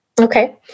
Okay